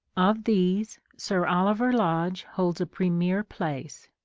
of these sir oliver lodge holds a premier place.